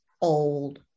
old